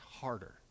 harder